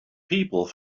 people